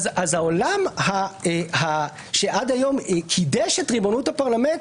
העולם שעד היום קידש את ריבונות הפרלמנט,